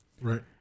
Right